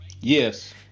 yes